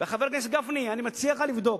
חבר הכנסת גפני, אני מציע לך לבדוק.